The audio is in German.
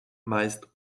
meist